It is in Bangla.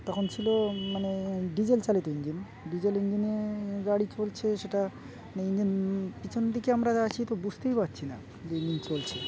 তখন ছিল মানে ডিজেল চালিত ইঞ্জিন ডিজেল ইঞ্জিনে গাড়ি চলছে সেটা মানে ইঞ্জিন পিছন দিকে আমরা আছি তো বুঝতেই পারছি না যে ইঞ্জিন চলছে